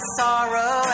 sorrow